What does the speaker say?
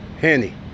Henny